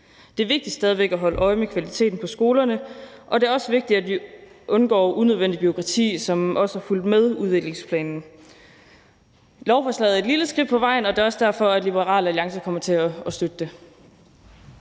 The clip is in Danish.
Det er vigtigt stadig væk at holde øje med kvaliteten på skolerne, og det er også vigtigt, at vi undgår unødvendigt bureaukrati, som også er fulgt med udviklingsplanen Lovforslaget er et lille skridt på vejen, og det er også derfor, at Liberal Alliance kommer til at støtte det.